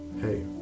hey